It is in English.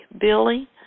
Billy